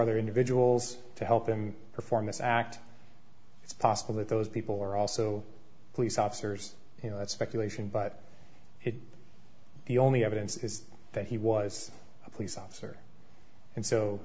other individuals to help him perform this act it's possible that those people are also police officers you know that's speculation but if the only evidence is that he was a police officer and so